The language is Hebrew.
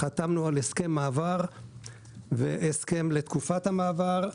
חתמנו על הסכם מעבר והסכם לתקופת המעבר.